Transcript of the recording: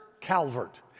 Calvert